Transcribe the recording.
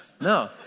No